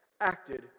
acted